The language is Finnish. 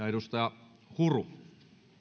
edustaja huru